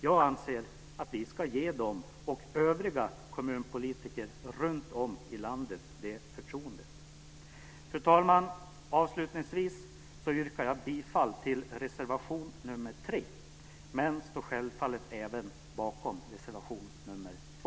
Jag anser att vi ska ge dem och övriga kommunpolitiker runtom i landet det förtroendet. Fru talman! Avslutningsvis yrkar jag bifall till reservation nr 3, men står självfallet även bakom reservation nr 2.